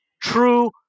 true